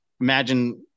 imagine